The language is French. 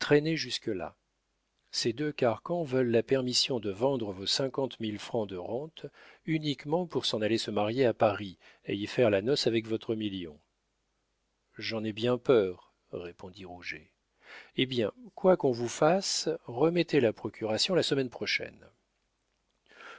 jusque-là ces deux carcans veulent la permission de vendre vos cinquante mille francs de rente uniquement pour s'en aller se marier à paris et y faire la noce avec votre million j'en ai bien peur répondit rouget hé bien quoi qu'on vous fasse remettez la procuration à la semaine prochaine